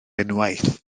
unwaith